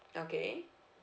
okay